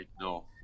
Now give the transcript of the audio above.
no